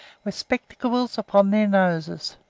with spectacles upon their noses